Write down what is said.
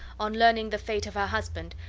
on learning the fate of her husband,